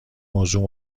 موضوع